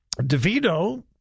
DeVito